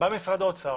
באו משרד האוצר